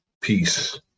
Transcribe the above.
peace